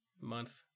month